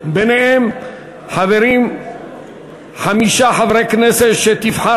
ביניהם חברים חמישה חברי כנסת שתבחר